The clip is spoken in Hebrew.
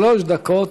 שלוש דקות,